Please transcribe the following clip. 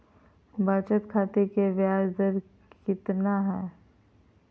बचत खाता के बियाज दर कितना है?